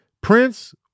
Prince